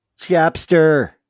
Chapster